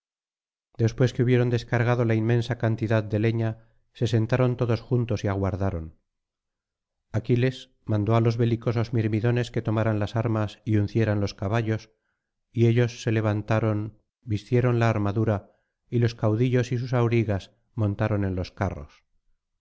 después que hubieron descargado la inmensa cantidad de leña se sentaron todos juntos y aguardaron aquiles mandó á los belicosos mirmidones que tomaran las armas y uncieran los caballos y ellos se levantaron vistieron la armadura y los caudillos y sus aurigas montaron en los carros